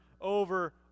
over